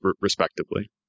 respectively